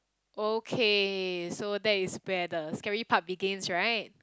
okay so that is where the scary part begins right